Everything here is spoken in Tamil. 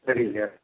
சரிங்க